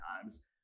times